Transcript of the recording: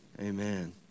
amen